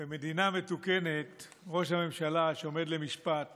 במדינה מתוקנת ראש ממשלה שעומד למשפט